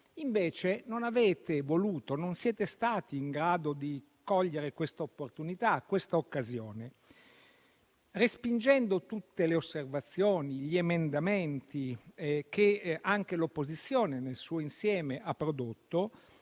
Invece non avete voluto, non siete stati in grado di cogliere questa opportunità. Respingendo tutte le osservazioni e gli emendamenti che anche l'opposizione nel suo insieme ha prodotto,